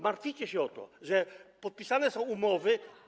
Martwicie się o to, że są podpisane umowy.